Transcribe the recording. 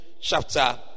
chapter